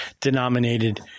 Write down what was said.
denominated